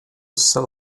sell